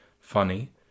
funny